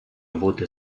бути